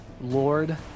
Lord